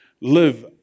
live